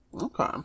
Okay